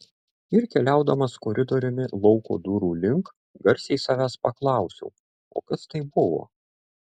ir keliaudamas koridoriumi lauko durų link garsiai savęs paklausiau o kas tai buvo